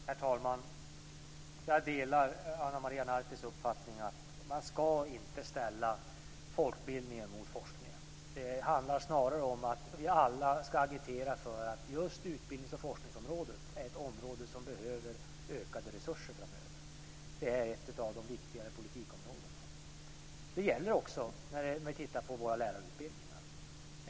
Herr talman! Jag delar Ana Maria Nartis uppfattning att man inte ska ställa folkbildningen mot forskningen. Det handlar snarare om att vi alla ska agitera för att just utbildnings och forskningsområdet behöver ökade resurser framöver. Det är ett av de viktigare politikområdena. Det gäller också våra lärarutbildningar.